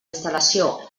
instal·lació